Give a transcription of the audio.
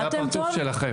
זה הפרצוף שלכם.